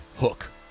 Hook